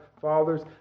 fathers